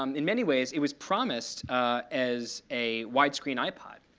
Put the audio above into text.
um in many ways, it was promised as a wide-screen ipod